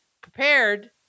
prepared